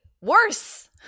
worse